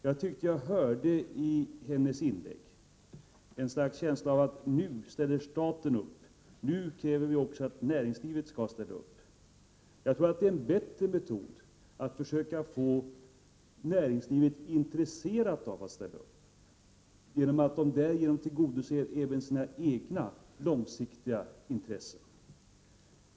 När jag hörde hennes inlägg fick jag en känsla av att hon menade: Nu ställer staten upp, och då kräver vi också att näringslivet skall ställa upp. Jag tror att det är en bättre metod att försöka få näringslivet intresserat av att ställa upp och därigenom tillgodose också sina egna långsiktiga intressen.